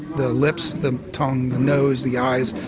the lips, the tongue, the nose, the eyes,